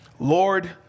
Lord